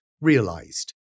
realized